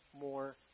more